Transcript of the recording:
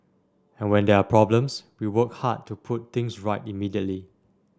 and when there are problems we work hard to put things right immediately